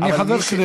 אני חבר כנסת,